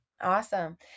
Awesome